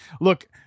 look